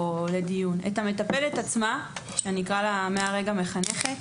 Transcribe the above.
לדיון את המטפלת עצמה שאקרא לה מחנכת,